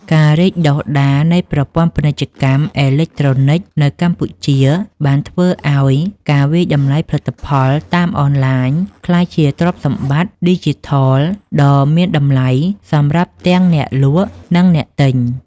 ការរីកដុះដាលនៃប្រព័ន្ធពាណិជ្ជកម្មអេឡិចត្រូនិក នៅកម្ពុជា បានធ្វើឱ្យការវាយតម្លៃផលិតផលតាមអនឡាញក្លាយជាទ្រព្យសម្បត្តិឌីជីថលដ៏មានតម្លៃសម្រាប់ទាំងអ្នកលក់ និងអ្នកទិញ។